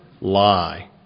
lie